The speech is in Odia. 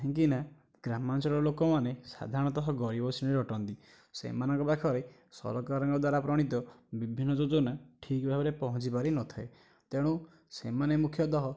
କାହିଁକି ନା ଗ୍ରାମାଞ୍ଚଳର ଲୋକମାନେ ସାଧାରଣ ଗରିବ ଶ୍ରେଣୀର ଅଟନ୍ତି ସେମାନଙ୍କ ପାଖରେ ସରକାରଙ୍କ ଦ୍ଵାରା ଗଣିତ ବିଭିନ୍ନ ଯୋଜନା ଠିକ୍ ଭାବରେ ପହଞ୍ଚି ପାରିନଥାଏ ତେଣୁ ସେମାନେ ମୁଖ୍ୟତଃ